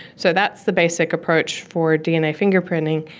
so that's the basic approach for dna fingerprinting.